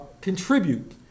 contribute